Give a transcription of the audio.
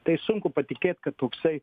tai sunku patikėt kad toksai